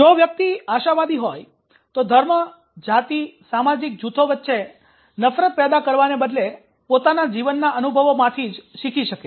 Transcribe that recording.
જો વ્યક્તિ આશાવાદી હોય તો ધર્મ જાતિ સામાજિક જૂથો વચ્ચે નફરત પેદા કરવાને બદલે પોતાના જીવનના અનુભવોમાંથી જ શીખી શકે